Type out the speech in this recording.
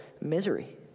misery